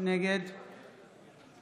נגד